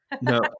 No